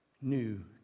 new